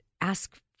ask